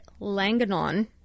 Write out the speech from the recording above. langanon